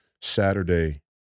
Saturday